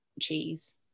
cheese